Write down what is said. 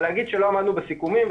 אבל להגיד שלא עמדנו בסיכומים,